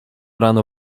rano